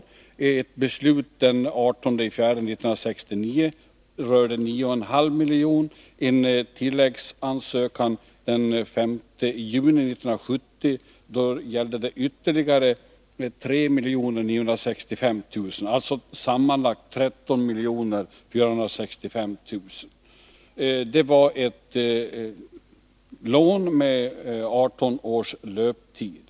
Enligt ett beslut den 18 april 1969 fick man ett lån på 9,5 miljoner, och genom en tilläggsansökan den 5 juni 1970 fick man ytterligare 3 965 000 kr., alltså sammanlagt 13 465 000 kr. Lånen hade 18 års löptid.